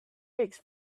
mix